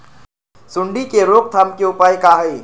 सूंडी के रोक थाम के उपाय का होई?